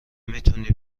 میتونی